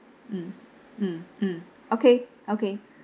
mm mm mm okay okay